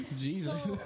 Jesus